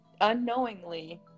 unknowingly